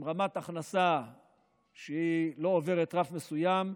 עם רמת הכנסה שלא עוברת רף מסוים,